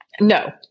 No